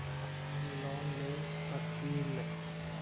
हम लोन ले सकील?